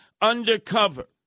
undercover